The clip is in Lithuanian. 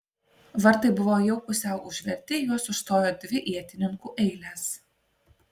vartai buvo jau pusiau užverti juos užstojo dvi ietininkų eilės